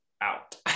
out